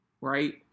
Right